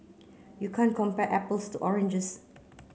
you can't compare apples to oranges